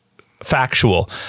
factual